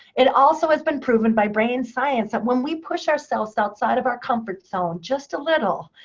it also has been proven by brain science that when we push ourselves outside of our comfort zone, just a little,